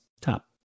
top